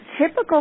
Typical